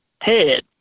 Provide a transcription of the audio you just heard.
head